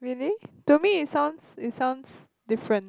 really to me it sounds it sounds different